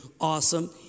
awesome